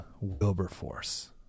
wilberforce